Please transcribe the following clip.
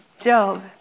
Job